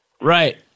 Right